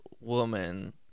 woman